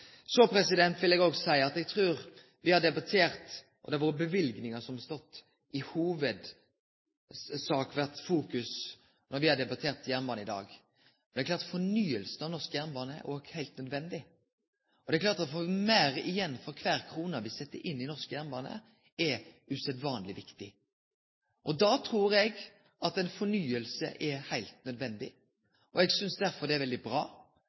vil eg òg seie at eg trur det er løyvingane som i hovudsak har vore i fokus når me har debattert jernbanen i dag. Det er klart at fornyinga av norsk jernbane er heilt nødvendig, og at det å få meir igjen for kvar krone me set inn i norsk jernbane, er usedvanleg viktig. Da trur eg at ei fornying er heilt nødvendig. Eg synest derfor det er veldig bra